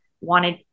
wanted